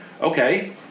okay